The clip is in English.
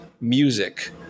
music